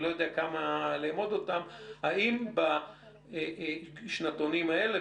האם בשנתונים האלה,